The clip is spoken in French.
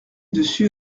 dessus